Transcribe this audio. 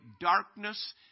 darkness